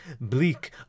bleak